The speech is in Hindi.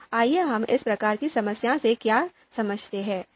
तो आइए इस प्रकार की समस्या से हम क्या समझते हैं